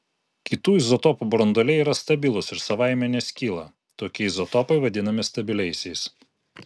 kitų izotopų branduoliai yra stabilūs ir savaime neskyla tokie izotopai vadinami stabiliaisiais